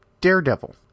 Daredevil